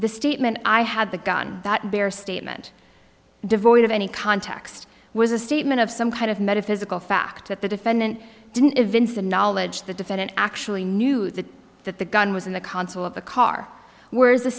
the statement i had the gun that bears statement devoid of any context was a statement of some kind of metaphysical fact that the defendant i didn't even see the knowledge the defendant actually knew that that the gun was in the consul of the car where